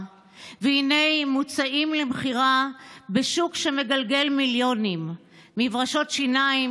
והינה הם מוצעים למכירה בשוק שמגלגל מיליונים: מברשות שיניים,